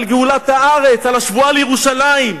על גאולת הארץ, על השבועה לירושלים.